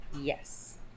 Yes